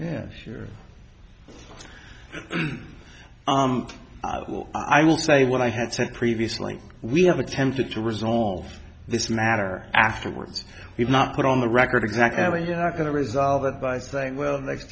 yeah sure i will i will say what i had said previously we have attempted to resolve this matter afterwards we've not put on the record exactly how are you not going to resolve it by saying well next